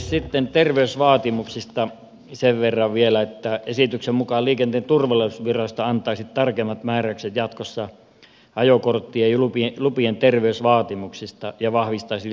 sitten terveysvaatimuksista sen verran vielä että esityksen mukaan liikenteen turvallisuusvirasto antaisi tarkemmat määräykset jatkossa ajokorttien ja lupien terveysvaatimuksista ja vahvistaisi lääkärinlausuntolomakkeiden kaavan